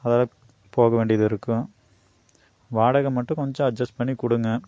அதாதக் போக வேண்டியது இருக்கும் வாடகை மட்டும் கொஞ்சம் அஜெஸ்ட் பண்ணிக் கொடுங்க